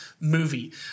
movie